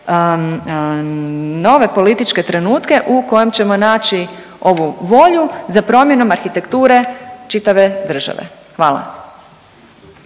nove političke trenutke u kojim ćemo naći ovu volju za promjenom arhitekture čitave države, hvala.